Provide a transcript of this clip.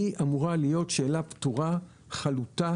היא אמורה להיות שאלה פתורה וחלוטה